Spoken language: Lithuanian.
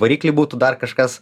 variklį būtų dar kažkas